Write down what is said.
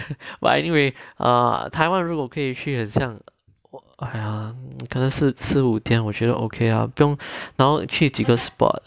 but anyway uh 台湾如果可以去很像我哎呀可能是吃五天我觉得 okay ah 不用然后去几个 spot